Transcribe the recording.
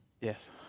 Yes